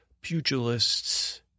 pugilists